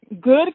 Good